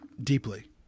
deeply